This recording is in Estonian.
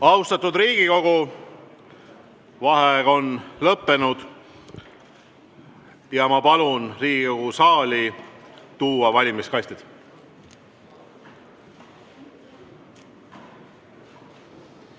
Austatud Riigikogu! Vaheaeg on lõppenud. Ma palun Riigikogu saali tuua valimiskastid.